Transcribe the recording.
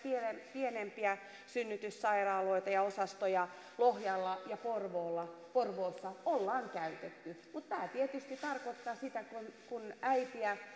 pienempiä synnytyssairaaloita ja osastoja lohjalla ja porvoossa ollaan käytetty mutta tämä tietysti tarkoittaa sitä että kun äitiä